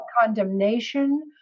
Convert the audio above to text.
condemnation